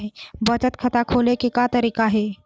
बचत खाता खोले के का तरीका हे?